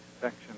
section